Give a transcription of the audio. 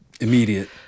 Immediate